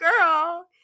girl